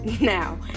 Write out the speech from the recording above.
Now